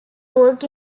work